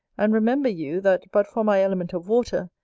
and remember you, that but for my element of water,